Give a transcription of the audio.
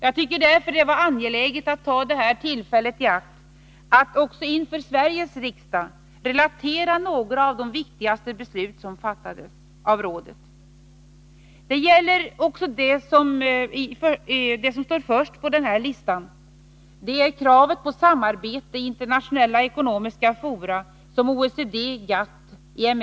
Jag tyckte därför att det var angeläget att ta detta tillfälle i akt att också inför Sveriges riksdag relatera några av de viktigaste besluten som fattades av rådet. Det som står först på denna lista är kravet på samarbete i internationella ekonomiska fora som OECD, GATT och IMF.